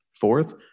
Fourth